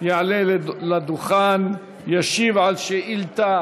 יעלה לדוכן, ישיב על שאילתה